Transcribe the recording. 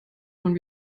von